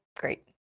Great